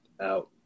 out